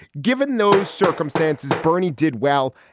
given those circumstances, bernie did well.